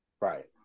Right